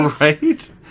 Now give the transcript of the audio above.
Right